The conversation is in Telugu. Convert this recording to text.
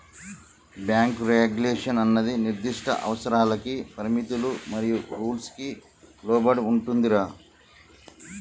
బ్యాంకు రెగ్యులేషన్ అన్నది నిర్దిష్ట అవసరాలకి పరిమితులు మరియు రూల్స్ కి లోబడి ఉంటుందిరా